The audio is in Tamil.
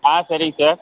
ஆ சரிங்க சார்